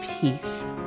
peace